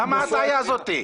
למה ההטעיה הזאת?